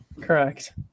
correct